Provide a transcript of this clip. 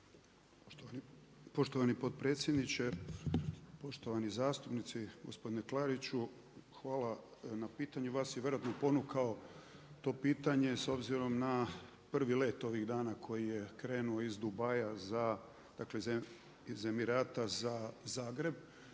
Poštovani potpredsjedniče, poštovani zastupnici. Gospodine Klariću, hvala na pitanju. Vas je vjerojatno ponukalo to pitanje s obzirom na prvi let ovih dana koji je krenuo iz Dubaija dakle iz Emirata za Zagreb